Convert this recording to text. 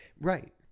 right